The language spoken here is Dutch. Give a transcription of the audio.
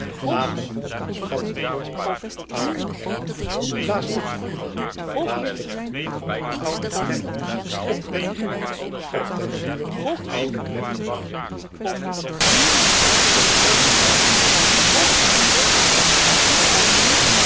laat de vonkeu spatten rond oade clem blaast het vuur blaast het vuur oude clem op den daur op den duur oade clem